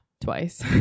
Twice